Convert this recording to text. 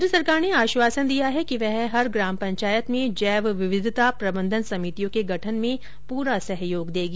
केन्द्र सरकार ने आश्वासन दिया है कि वह हर ग्राम पंचायत में जैव विविधता प्रबंधन समितियों के गठन में पूरा सहयोग देगी